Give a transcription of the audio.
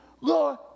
Lord